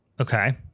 Okay